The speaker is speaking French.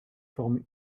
forme